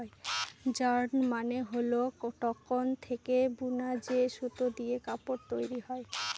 yarn মানে হল cotton থেকে বুনা যে সুতো দিয়ে কাপড় তৈরী হয়